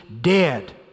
dead